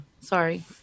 Sorry